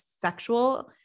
sexual